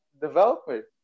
development